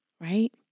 right